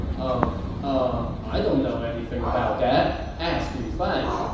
umm, umm, i don't know anything about that. ask lu fan.